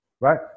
Right